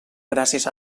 gràcies